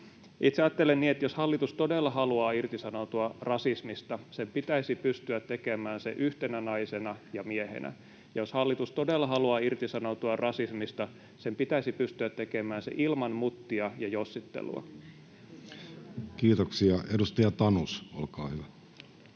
Itse ajattelen niin, että jos hallitus todella haluaa irtisanoutua rasismista, sen pitäisi pystyä tekemään se yhtenä naisena ja miehenä, ja jos hallitus todella haluaa irtisanoutua rasismista, sen pitäisi pystyä tekemään se ilman muttia ja jossittelua. Kiitoksia. — Edustaja Tanus, olkaa hyvä.